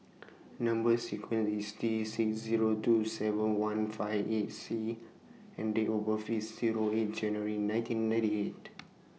Number sequence IS T six Zero two seven one five eight C and Date of birth IS Zero eight January nineteen ninety eight